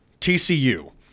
TCU